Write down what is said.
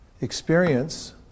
experience